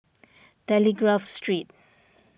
Telegraph Street